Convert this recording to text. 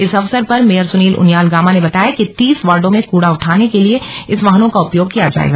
इस अवसर मेयर सुनील उनियाल गामा ने बताया कि तीस वार्डो में कूड़ा उठान के लिए इन वाहनों का उपयोग किया जायेगा